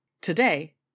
Today